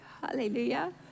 hallelujah